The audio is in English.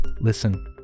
Listen